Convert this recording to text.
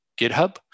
GitHub